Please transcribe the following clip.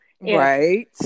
right